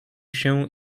się